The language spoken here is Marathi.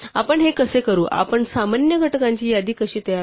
आपण हे कसे करू आपण सामान्य घटकांची यादी कशी तयार करू